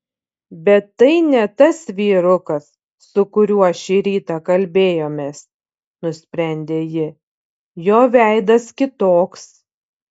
bet tai ne tas vyrukas su kuriuo šį rytą kalbėjomės nusprendė ji jo veidas kitoks